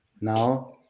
Now